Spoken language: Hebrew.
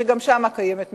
וגם שם קיימת מצוקה.